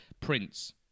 Prince